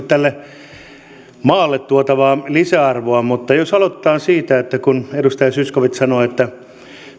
tälle maalle tuotavaa lisäarvoa mutta jos aloitetaan siitä että edustaja zyskowicz sanoi että